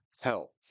help